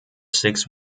six